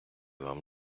вам